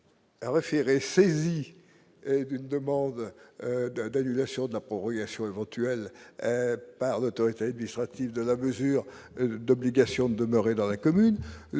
référés saisi d'une demande d'annulation de la prorogation éventuelle par l'autorité du stratégique de la mesure d'obligation de demeurer dans la commune